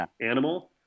animal